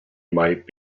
might